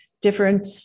different